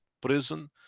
prison